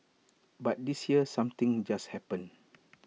but this year something just happened